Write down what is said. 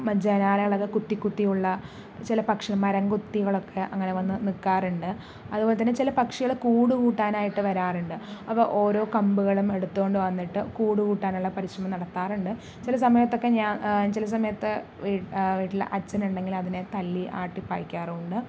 ജനാലകളൊക്കെ കുത്തി കുത്തി ഉള്ള ചില പക്ഷികൾ മരം കൊത്തികാളൊക്കെ അങ്ങനെ വന്ന് നിൽക്കാറുണ്ട് അതുപോലെ തന്നെ ചില പക്ഷികള് കൂട് കൂട്ടാനായിട്ട് വരാറുണ്ട് അപ്പോൾ ഓരോ കമ്പുകളും എടുത്തുകൊണ്ട് വന്നിട്ട് കൂട് കൂട്ടാനുള്ള പരിശ്രമം നടത്താറുണ്ട് ചില സമയത്തൊക്കെ ചില സമയത്ത് വീട്ടില് അച്ഛനുണ്ടെങ്കിൽ അതിനെ തല്ലി ആട്ടിപ്പായിക്കാറുണ്ട്